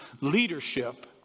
leadership